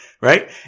right